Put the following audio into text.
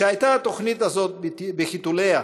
כשהייתה התוכנית הזאת בחיתוליה